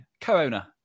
co-owner